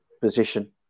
position